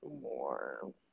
more